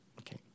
Okay